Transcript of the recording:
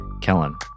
kellen